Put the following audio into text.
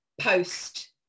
post